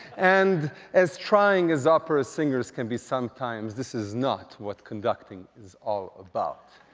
and as trying as opera singers can be sometimes, this is not what conducting is all about.